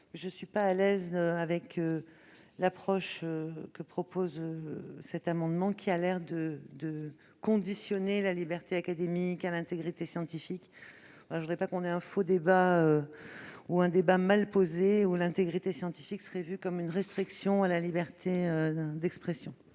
je ne suis pas à l'aise avec l'approche que proposent ces amendements, parce qu'ils semblent conditionner la liberté académique à l'intégrité scientifique et je ne voudrais pas que nous ayons un faux débat ou un débat mal posé, dans lequel l'intégrité scientifique serait vue comme une restriction à la liberté d'expression.